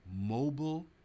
mobile